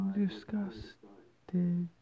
disgusted